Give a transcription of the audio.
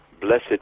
Blessed